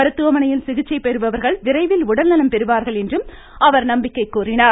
மருத்துமவனையில் சிகிச்சை பெறுபவர்கள் விரைவில் உடல்நலம் பெறுவார்கள் என்றும் அவர் கூறினார்